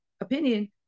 opinion